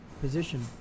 position